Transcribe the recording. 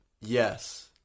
Yes